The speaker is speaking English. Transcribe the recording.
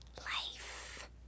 Life